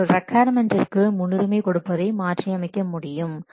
நீங்கள் ரிக்கொயர்மென்டிற்கு முன்னுரிமை கொடுப்பதை மாற்றி அமைக்க முடியும்